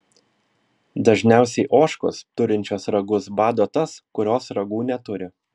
dažniausiai ožkos turinčios ragus bado tas kurios ragų neturi